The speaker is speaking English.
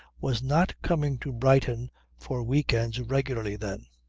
was not coming to brighton for week-ends regularly, then.